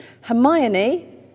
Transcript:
Hermione